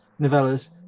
novellas